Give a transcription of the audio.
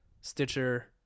Stitcher